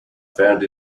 found